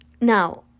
Now